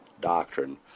doctrine